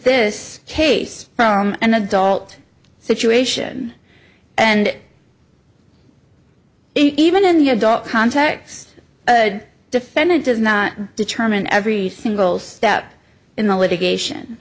this case from an adult situation and even in the adult context defendant does not determine every single step in the litigation